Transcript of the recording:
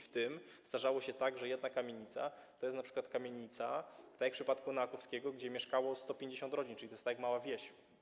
W tym zdarzało się tak, że jedna kamienica to jest np. kamienica, tak jak w przypadku Noakowskiego, gdzie mieszkało 150 rodzin, czyli to jest tak jak mała wieś.